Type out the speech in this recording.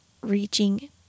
reaching